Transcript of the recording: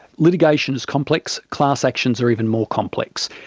litigation is complex, class actions are even more complex.